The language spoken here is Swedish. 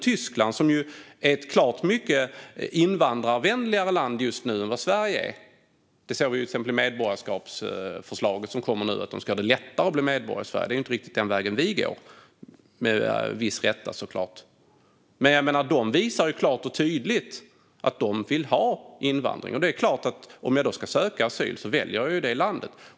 Tyskland är just nu ett klart mycket mer invandrarvänligt land än Sverige; det såg vi till exempel i det medborgarförslag som nu kom om att det ska bli lättare att bli medborgare i Tyskland. Det är inte riktigt den väg Sverige går, såklart med viss rätt. Tyskland visar klart och tydligt att landet vill ha invandring, och om man då ska söka asyl väljer man såklart Tyskland.